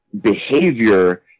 behavior